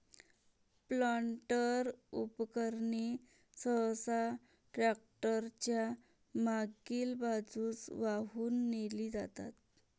planter उपकरणे सहसा tractor च्या मागील बाजूस वाहून नेली जातात